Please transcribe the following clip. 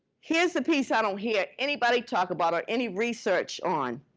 here's the piece i don't hear anybody talk about or any research on.